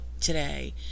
today